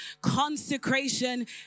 consecration